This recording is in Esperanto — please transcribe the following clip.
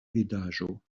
vidaĵo